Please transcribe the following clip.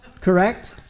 correct